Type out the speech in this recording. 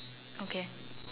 okay